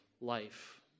life